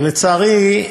ולצערי,